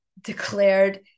declared